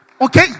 Okay